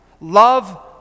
Love